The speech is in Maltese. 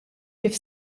kif